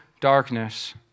darkness